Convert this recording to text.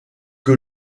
que